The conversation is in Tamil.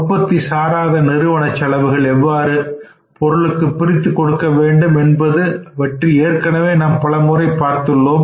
உற்பத்தி சாராத நிறுவன செலவுகளை எவ்வாறு பொருட்களுக்கு பிரித்துக் கொடுக்க வேண்டும் என்பது பற்றி ஏற்கனவே நாம் பலமுறை பார்த்துள்ளோம்